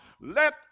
let